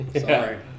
Sorry